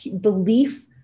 belief